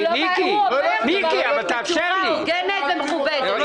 הוא אומר בצורה הוגנת ומכובדת.